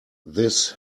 this